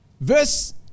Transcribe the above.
Verse